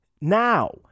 now